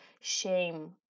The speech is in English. shame